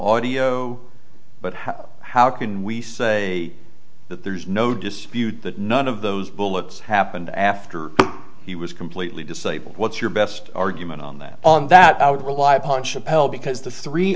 audio but how how can we say that there's no dispute that none of those bullets happened after he was completely disabled what's your best argument on that on that i would rely upon chapelle because the three